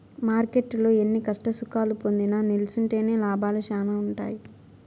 మార్కెట్టులో ఎన్ని కష్టసుఖాలు పొందినా నిల్సుంటేనే లాభాలు శానా ఉంటాయి